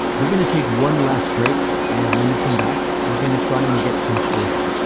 we're going to take one last break and when we come back, we're going to try and get some closure.